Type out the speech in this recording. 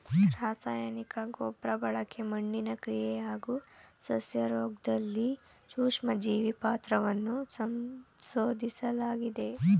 ರಾಸಾಯನಿಕ ಗೊಬ್ರಬಳಕೆ ಮಣ್ಣಿನ ಕ್ರಿಯೆ ಹಾಗೂ ಸಸ್ಯರೋಗ್ದಲ್ಲಿ ಸೂಕ್ಷ್ಮಜೀವಿ ಪಾತ್ರವನ್ನ ಸಂಶೋದಿಸ್ಲಾಗಿದೆ